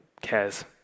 cares